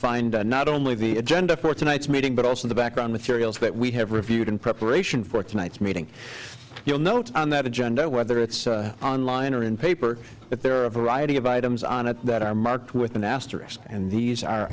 find not only the agenda for tonight's meeting but also the background materials that we have reviewed in preparation for tonight's meeting you'll note on that agenda whether it's online or in paper but there are a variety of items on it that are marked with an asterisk and these are